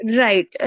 right